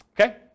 Okay